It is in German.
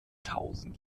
tausend